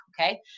okay